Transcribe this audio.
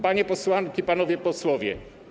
Panie Posłanki i Panowie Posłowie!